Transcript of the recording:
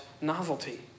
novelty